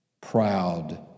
proud